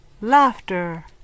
Laughter